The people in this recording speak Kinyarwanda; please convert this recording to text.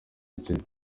yakinnye